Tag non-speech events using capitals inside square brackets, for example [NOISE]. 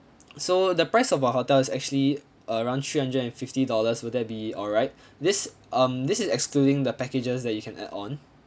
so the price of our hotel is actually around three hundred and fifty dollars will that be alright [BREATH] this um this is excluding the packages that you can add on